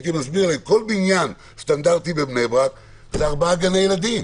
הייתי מסביר להם כל בניין סטנדרטי בבני ברק זה 4 גני ילדים.